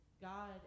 God